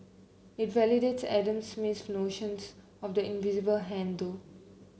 it validates Adam Smith's notions of the invisible hand though